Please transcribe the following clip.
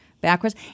backwards